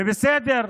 ובסדר,